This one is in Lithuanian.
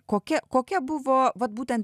kokia kokia buvo vat būtent